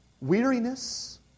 Weariness